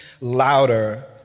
louder